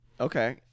Okay